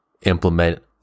implement